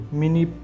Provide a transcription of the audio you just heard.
mini